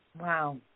Wow